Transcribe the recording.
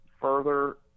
further